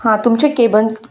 हां तुमचें